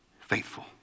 faithful